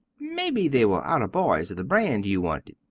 maybe they were out of boys of the brand you wanted.